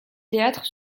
théâtre